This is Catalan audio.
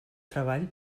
treball